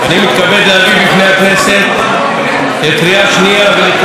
אני מתכבד להביא לפני הכנסת לקריאה שנייה ולקריאה